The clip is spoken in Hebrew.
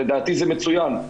לדעתי זה מצוין.